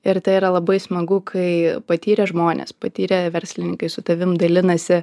ir tai yra labai smagu kai patyrę žmonės patyrę verslininkai su tavim dalinasi